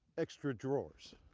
extra drawers,